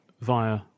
via